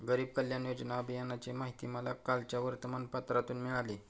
गरीब कल्याण योजना अभियानाची माहिती मला कालच्या वर्तमानपत्रातून मिळाली